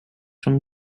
from